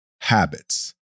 habits